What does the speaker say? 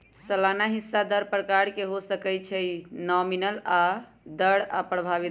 सलाना हिस्सा दर प्रकार के हो सकइ छइ नॉमिनल दर आऽ प्रभावी दर